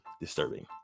disturbing